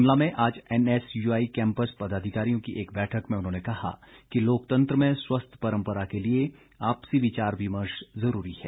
शिमला में आज NSUI campus पदाधिकारियों की एक बैठक में उन्होंने कहा कि लोकतंत्र में स्वस्थ परंपरा के लिए आपसी विचार विमर्श जरूरी है